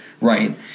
right